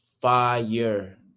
Fire